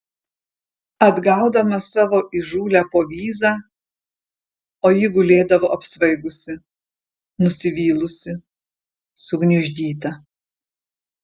atgaudamas savo įžūlią povyzą o ji gulėdavo apsvaigusi nusivylusi sugniuždyta